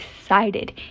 excited